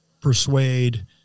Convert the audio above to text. persuade